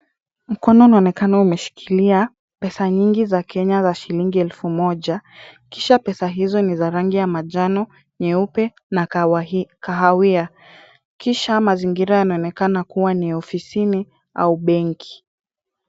Mkono unaonekana umeshikilia, pesa nyingi za Kenya za shilingi elfu moja. Kisha pesa hizo ni za rangi ya manjano, nyeupe na kahawia. Kisha mazingira yanaonekana kuwa ni ofisini au benki.